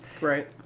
Right